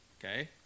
Okay